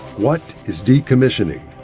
what is decommissioning?